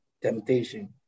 temptation